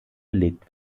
belegt